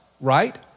right